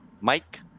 Mike